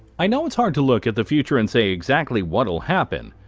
i know it's hard to look at the future and say exactly what'll happen.